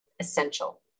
essential